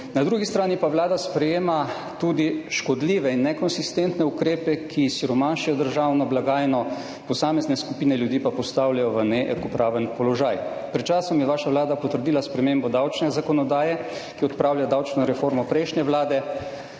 Na drugi strani pa Vlada sprejema tudi škodljive in nekonsistentne ukrepe, ki siromašijo državno blagajno, posamezne skupine ljudi pa postavljajo v neenakopraven položaj. Pred časom je vaša vlada potrdila spremembo davčne zakonodaje, ki odpravlja davčno reformo prejšnje vlade,